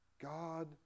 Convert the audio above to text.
God